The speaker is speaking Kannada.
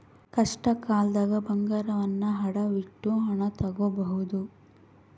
ಕಷ್ಟಕಾಲ್ದಗ ಬಂಗಾರವನ್ನ ಅಡವಿಟ್ಟು ಹಣ ತೊಗೋಬಹುದು